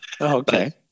Okay